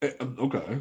Okay